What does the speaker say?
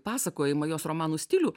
pasakojimą jos romanų stilių